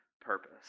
purpose